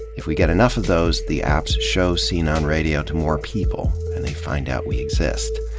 if we get enough of those, the apps show scene on radio to more people and they find out we exist.